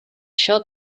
això